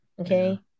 Okay